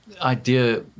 idea